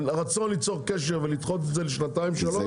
הרצון ליצור קשר ולדחות את זה בשנתיים שלוש הוא לא מקובל.